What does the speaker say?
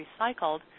recycled